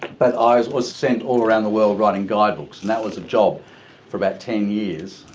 but i was sent all around the world writing guidebooks, and that was a job for about ten years.